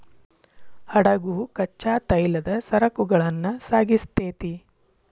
ಹಡಗು ಕಚ್ಚಾ ತೈಲದ ಸರಕುಗಳನ್ನ ಸಾಗಿಸ್ತೆತಿ